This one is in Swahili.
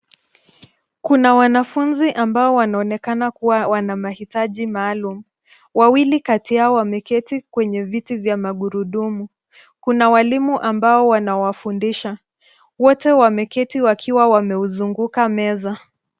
Kuna wanafunzi ambao wanaonekana kuwa wana mahitaji maalum. Wawili kati yao wameketi kwenye viti vya magurudumu. Kuna walimu ambao wanawafundisha. Wote wameketi wakiwa wameuzunguka meza.